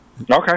Okay